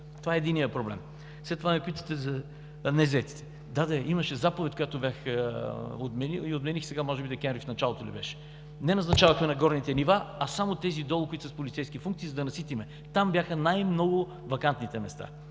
Това е единият проблем. След това ме питате за незаетите. Да де, имаше заповед, която бях отменил, може би в началото на декември месец беше. Не назначаването на горните нива, а само тези долу, които са с полицейски функции, за да наситим. Там бяха най-много вакантните места.